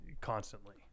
constantly